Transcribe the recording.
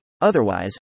otherwise